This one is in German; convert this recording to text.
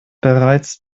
bereits